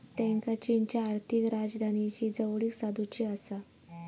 त्येंका चीनच्या आर्थिक राजधानीशी जवळीक साधुची आसा